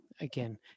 again